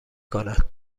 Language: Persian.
کند